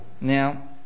Now